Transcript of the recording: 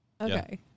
Okay